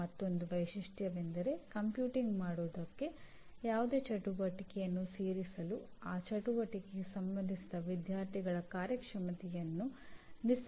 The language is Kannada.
ಮತ್ತೊಂದು ವೈಶಿಷ್ಟ್ಯವೆಂದರೆ ಈ ಒಟ್ಟುಗೂಡಿಸುವಿಕೆಗಾಗಿ ಕಂಪ್ಯೂಟಿಂಗ್ ಸಾಧನೆಗಾಗಿ ಯಾವುದೇ ಚಟುವಟಿಕೆಯನ್ನು ಸೇರಿಸಬೇಕಾದರೆ ಆ ಚಟುವಟಿಕೆಗೆ ಸಂಬಂಧಿಸಿದ ವಿದ್ಯಾರ್ಥಿಗಳ ಕಾರ್ಯಕ್ಷಮತೆಯನ್ನು ನಿಸ್ಸಂದಿಗ್ಧವಾಗಿ ಅಳೆಯುವಂತಿರಬೇಕು